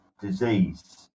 disease